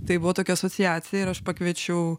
tai buvo tokia asociacija ir aš pakviečiau